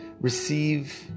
receive